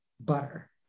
butter